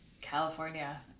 California